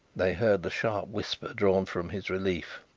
they heard the sharp whisper drawn from his relief.